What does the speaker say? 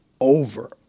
over